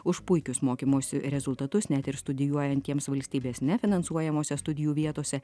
už puikius mokymosi rezultatus net ir studijuojantiems valstybės nefinansuojamose studijų vietose